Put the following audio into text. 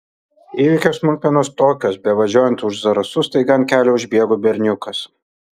įvykio smulkmenos tokios bevažiuojant už zarasų staiga ant kelio užbėgo berniukas